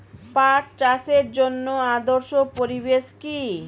পাট চাষের জন্য আদর্শ পরিবেশ কি?